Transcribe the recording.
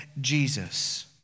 Jesus